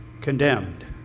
condemned